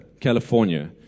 California